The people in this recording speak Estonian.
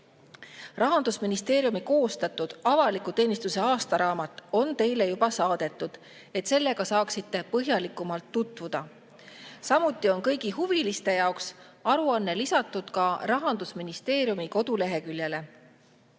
Rahandusministeeriumi koostatud avaliku teenistuse aastaraamat on teile juba saadetud, et saaksite sellega põhjalikumalt tutvuda. Samuti on kõigi huviliste jaoks lisatud aruanne ka Rahandusministeeriumi koduleheküljele. Viimased